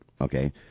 Okay